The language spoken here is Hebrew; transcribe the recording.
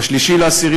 ב-3 באוקטובר,